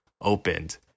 opened